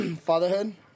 Fatherhood